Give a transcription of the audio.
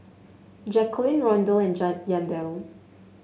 Jacalyn Rondal and Yandel